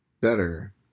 better